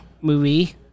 movie